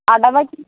അടവൊക്കെ എങ്ങനെ